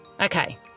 Okay